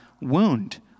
wound